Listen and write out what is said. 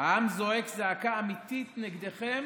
העם זועק זעקה אמיתית נגדכם